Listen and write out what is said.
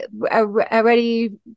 already